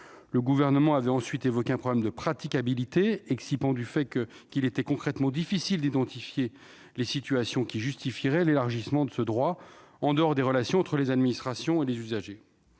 Le Gouvernement avait ensuite évoqué un problème de praticabilité, excipant du fait qu'il était concrètement difficile d'identifier les situations qui justifieraient l'élargissement de ce droit en dehors des relations entre les administrations et les usagers.